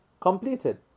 completed